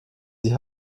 sie